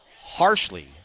harshly